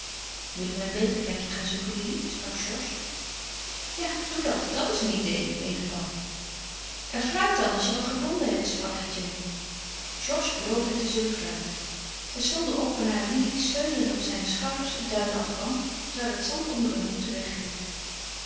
willen we een beter plekje gaan zoeken lili sprak georges ja doe dat dat is een idée meende paul en fluit dan als je wat gevonden hebt sprak etienne georges beloofde te zullen fluiten zij stonden op waarna lili steunende op zijne schouders het duin afkwam terwijl het zand onder hun voeten